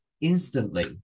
Instantly